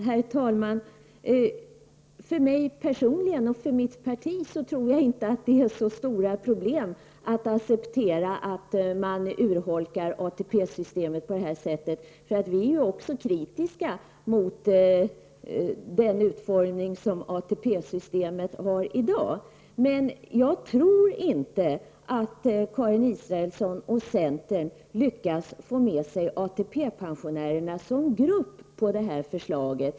Herr talman! För mig personligen och för mitt parti är det inte så stora problem att acceptera en urholkning av ATP-systemet på det föreslagna sättet. Vi är ju också kritiska mot den utformning som ATP-systemet i dag har. Jag tror emellertid inte att Karin Israelsson och centern lyckas få med ATP-pensionärerna som grupp betraktad på det här förslaget.